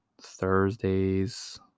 Thursdays